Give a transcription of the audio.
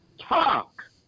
talk